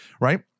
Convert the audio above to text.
right